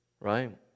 right